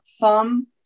thumb